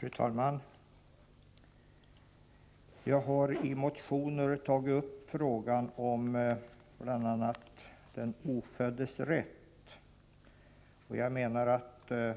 Fru talman! Jag har i motioner tagit upp frågan om bl.a. den oföddes rätt. Jag menar att också